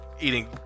eating